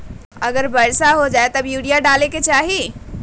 अगर वर्षा हो जाए तब यूरिया डाले के चाहि?